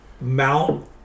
mount